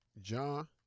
John